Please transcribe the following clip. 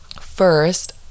first